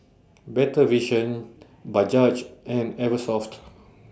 Better Vision Bajaj and Eversoft